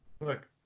look